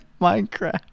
minecraft